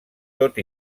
tot